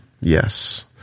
yes